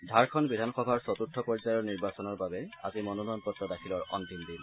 ঝাৰখণ্ড বিধানসভাৰ চতূৰ্থ পৰ্যায়ৰ নিৰ্বাচনৰ বাবে আজি মনোনয়ন পত্ৰ দাখিলৰ অন্তিম দিন